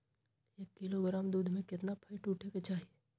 एक किलोग्राम दूध में केतना फैट उठे के चाही?